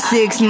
Six